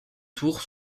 tours